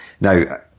Now